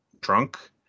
drunk